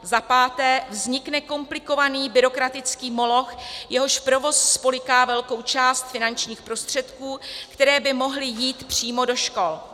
Za páté, vznikne komplikovaný byrokratický moloch, jehož provoz spolyká velkou část finančních prostředků, které by mohly jít přímo do škol.